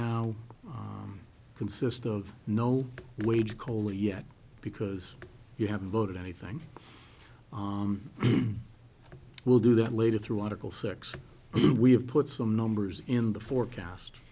now consist of no wage coal yet because you haven't voted anything will do that later through article six we have put some numbers in the forecast